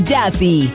Jazzy